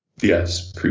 Yes